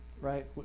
right